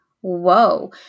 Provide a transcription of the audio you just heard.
whoa